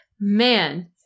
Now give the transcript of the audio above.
Man